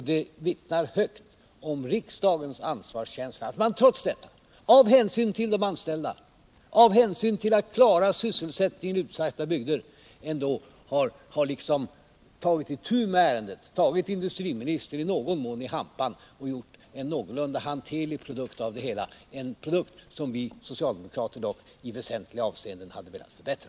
Det vittnar om en hög ansvarskänsla hos riksdagen att man trots detta —- av hänsyn till de anställda, av hänsyn till sysselsättningen i utsatta bygder — har tagit itu med ärendet, tagit industriministern i någon mån i hampan och gjort en någorlunda hanterlig produkt av det hela, en produkt som vi socialdemokrater dock i väsentliga avseenden hade velat förbättra.